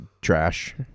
trash